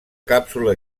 càpsula